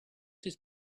his